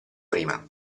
prima